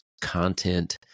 content